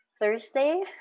Thursday